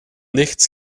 nichts